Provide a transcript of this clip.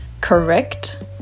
correct